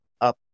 up